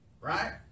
right